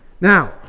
Now